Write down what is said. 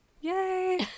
Yay